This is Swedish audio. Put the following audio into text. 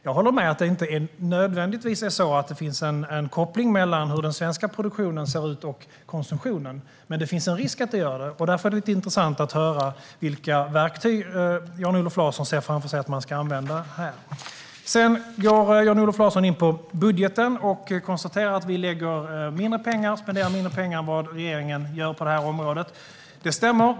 Jag håller med om att det inte nödvändigtvis är så att det finns en koppling mellan den svenska produktionen och konsumtionen, men det finns en risk att det gör det, och därför vore det intressant att höra vilka verktyg Jan-Olof Larsson ser framför sig att man ska använda. Sedan går Jan-Olof Larsson in på budgeten och konstaterar att vi spenderar mindre pengar än vad regeringen gör på det här området. Det stämmer.